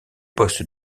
poste